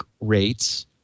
rates